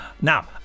now